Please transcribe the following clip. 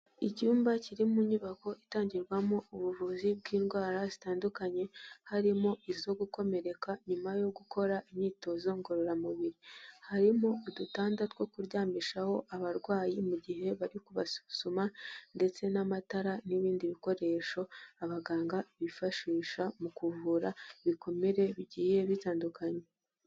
Icyumba kiri mu nyubako itangirwamo ubuvuzi bw'indwara zitandukanye, harimo izo gukomereka nyuma yo gukora imyitozo ngororamubiri, harimo udutanda two kuryamishaho abarwayi mu gihe bari kubasuma, ndetse n'amatara, n'ibindi bikoresho abaganga bifashisha mu kuvura ibikomere bigiye bitandukanye.